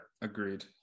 Agreed